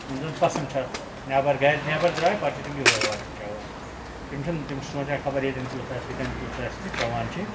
یِم زَن پَسَنٛد چھِ اَتھ نٮ۪بَر گَرٕ نٮ۪بَر دراے پَتہ چھِ تِم یُہے واٹَر چَیٚوان تِم چھِنہٕ تِم چھِ سونچان خَبَر ییٚتٮ۪ن کِیُتھ آسہِ ہُتٮ۪ن کِیُتھ آسہِ تہٕ چَیٚوان چھِ